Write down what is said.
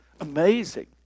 amazing